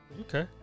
Okay